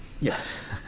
Yes